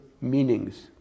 meanings